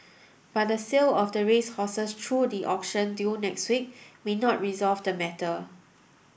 but the sale of the racehorses through the auction due next week may not resolve the matter